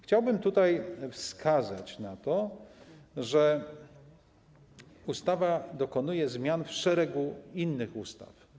Chciałbym wskazać na to, że ustawa dokonuje zmian w szeregu innych ustaw.